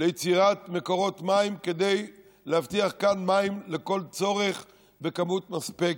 ליצירת מקורות מים כדי להבטיח כאן מים לכל צורך בכמות מספקת.